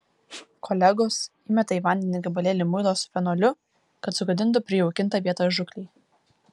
kolegos įmeta į vandenį gabalėlį muilo su fenoliu kad sugadintų prijaukintą vietą žūklei